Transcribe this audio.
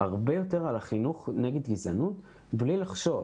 הרבה יותר על החינוך נגד גזענות בלי לחשוש.